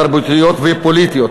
תרבותיות ופוליטיות,